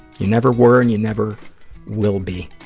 you never were and you never will be.